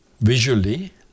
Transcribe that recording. Visually